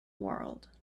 world